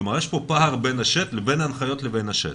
כלומר, יש פה פער בין ההנחיות ובין השטח.